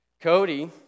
Cody